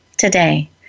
Today